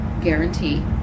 guarantee